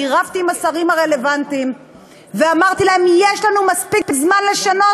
אני רבתי עם השרים הרלוונטיים ואמרתי להם: יש לנו מספיק זמן לשנות.